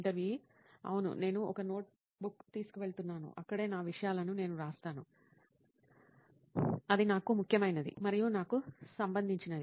ఇంటర్వ్యూఈ అవును నేను ఒక నోట్బుక్ తీసుకువెళుతున్నాను అక్కడే నా విషయాలను నేను వ్రాస్తాను అది నాకు ముఖ్యమైనది మరియు నాకు సంబంధించినది